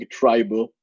tribal